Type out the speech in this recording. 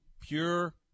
Pure